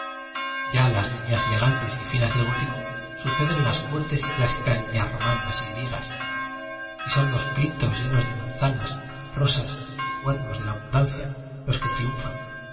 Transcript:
a las líneas elegantes y finas del gótico suceden las fuertes y clásicas líneas romanas y grie gas y son los plintos llenos de manza nas rosas y cuernos de la abundancia los que triunfan